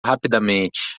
rapidamente